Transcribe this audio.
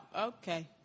okay